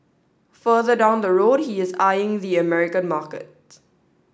further down the road he is eyeing the American market